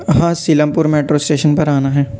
ہاں Seelampur metro station پر آنا ہے